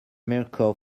mirco